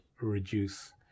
reduce